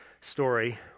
story